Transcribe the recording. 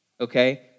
okay